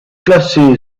classé